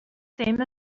same